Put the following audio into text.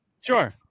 Sure